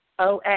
OA